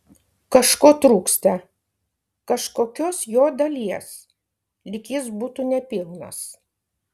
kažko trūksta kažkokios jo dalies lyg jis būtų nepilnas